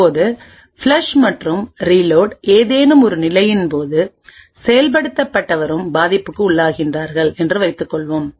இப்போது ஃப்ளஷ் மற்றும் ரீலோட் ஏதேனும் ஒரு நிலையில் போது செயல்படுத்தப்பட்ட வரும் பாதிப்புக்கு உள்ளாகிறார்கள் என்று வைத்துக் கொள்வோம்